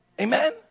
Amen